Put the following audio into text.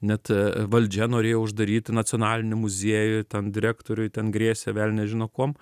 net valdžia norėjo uždaryti nacionalinį muziejų ten direktoriui ten grėsė velnias žino kuom